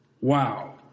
Wow